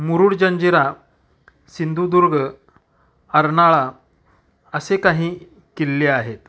मुरुड जंजिरा सिंधुदुर्ग अर्नाळा असे काही किल्ले आहेत